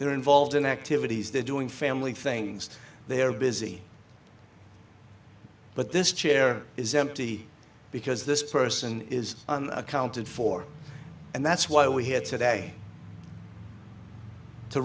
they're involved in activities they're doing family things they are busy but this chair is empty because this person is accounted for and that's why we're here today to